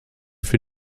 für